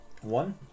one